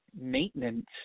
maintenance